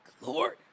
Lord